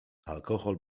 alkohol